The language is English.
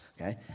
okay